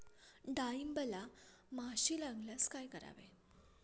डाळींबाला माशी लागल्यास काय करावे?